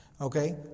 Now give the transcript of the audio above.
Okay